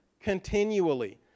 continually